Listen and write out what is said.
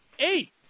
Eight